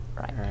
right